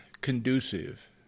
conducive